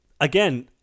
again